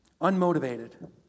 unmotivated